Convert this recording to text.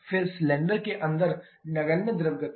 फिर सिलेंडर के अंदर नगण्य द्रव गति